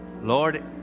Lord